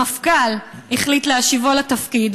המפכ"ל החליט להשיבו לתפקיד,